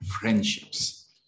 friendships